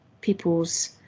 people's